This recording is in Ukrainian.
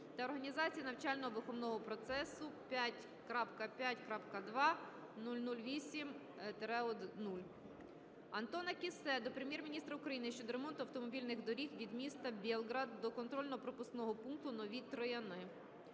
та організації навчально-виховного процесу 5.5.2.008-0. Антона Кіссе до Прем'єр-міністра України щодо ремонту автомобільної дороги від міста Болград до контрольно-пропускного пункту "Нові Трояни".